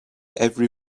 every